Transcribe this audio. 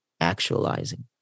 actualizing